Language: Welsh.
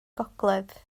gogledd